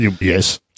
Yes